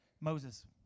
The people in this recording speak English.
Moses